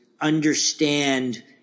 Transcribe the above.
understand